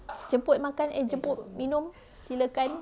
jemput makan eh jemput minum sila kan